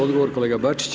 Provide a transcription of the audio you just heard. Odgovor kolega Bačić.